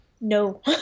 No